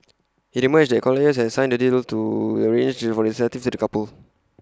IT emerged that colliers had signed the deal to arrange for the incentive to the couple